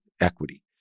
equity